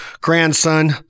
grandson